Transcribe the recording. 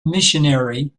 missionary